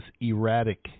erratic